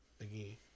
again